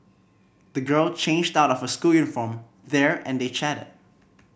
the girl changed out of her school uniform there and they chatted